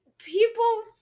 People